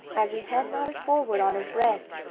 as his head nodded forward on his breast,